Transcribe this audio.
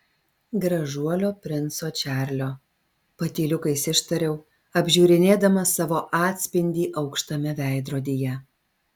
gražuolio princo čarlio patyliukais ištariau apžiūrinėdama savo atspindį aukštame veidrodyje